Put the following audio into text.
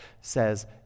says